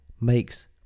makes